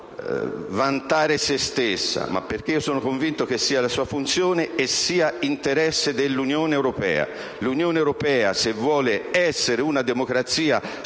far vanto di se stessa, ma perché sono convinto sia la sua funzione nell'interesse dell'Unione europea. L'Unione europea, se vuole essere una democrazia